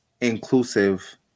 inclusive